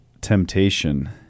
temptation